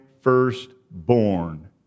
firstborn